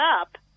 up